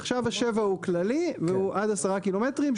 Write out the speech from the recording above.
עכשיו ה-7 הוא כללי והוא עד 10 קילומטרים,